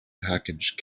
package